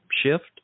shift